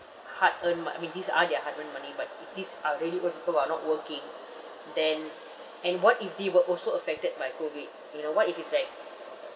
hard earn mo~ I mean these are their hard earned money but th~ these are really old people who are not working then and what if they were also affected by COVID you know what if it's like